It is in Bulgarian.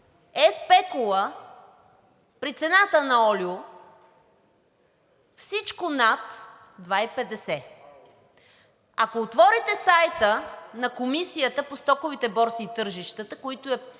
е спекула при цената на олио всичко над 2,50. Ако отворите сайта на Комисията по стоковите борси и тържищата, която е